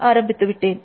ஆரம்பித்து விட்டேன்